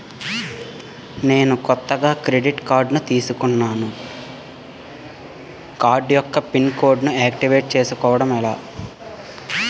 నేను కొత్తగా credit card తిస్కున్నా నా కార్డ్ యెక్క పిన్ కోడ్ ను ఆక్టివేట్ చేసుకోవటం ఎలా?